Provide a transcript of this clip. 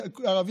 ערבי,